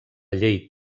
llei